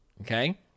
okay